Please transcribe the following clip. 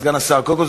סגן השר: קודם כול,